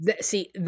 See